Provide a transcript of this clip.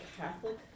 Catholic